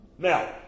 Now